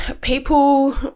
people